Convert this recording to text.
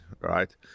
Right